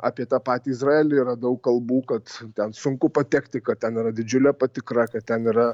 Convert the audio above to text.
apie tą patį izraelį yra daug kalbų kad ten sunku patekti kad ten yra didžiulė patikra kad ten yra